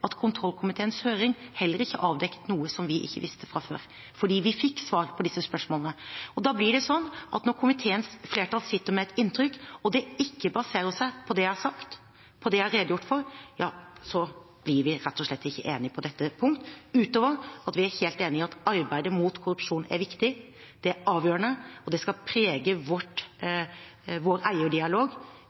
at kontrollkomiteens høring heller ikke avdekket noe som vi ikke visste fra før, fordi vi fikk svar på disse spørsmålene. Når komiteens flertall sitter med et inntrykk og det ikke baserer seg på det jeg har sagt og redegjort for, blir vi rett og slett ikke enige på dette punkt, utover at vi er helt enige om at arbeidet mot korrupsjon er viktig, det er avgjørende, og det skal prege vår eierdialog